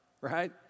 right